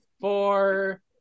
Four